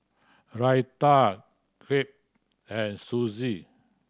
Raita Crepe and